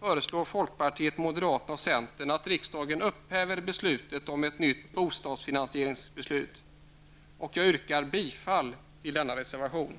föreslår folkpartiet, moderaterna och centerpartiet att riksdagen upphäver beslutet om ett nytt bostadsfinansieringssystem. Jag yrkar bifall till denna reservation.